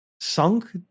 sunk